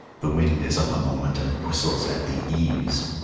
the wind is up a moment and whistles at the eaves,